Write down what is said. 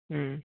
ਹੂੰ